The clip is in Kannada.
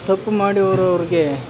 ತಪ್ಪು ಮಾಡಿರೋವ್ರಿಗೆ